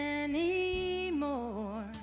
anymore